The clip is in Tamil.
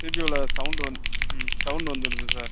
சிபியுவில சவுண்டு வந் ம் சவுண்டு வந்துருது சார்